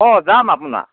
অঁ যাম আপোনাৰ